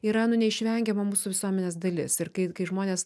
yra nu neišvengiama mūsų visuomenės dalis ir kai žmonės